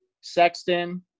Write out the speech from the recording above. sexton